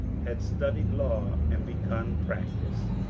had studied law and begun practice.